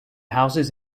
houses